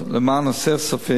למען הסר ספק,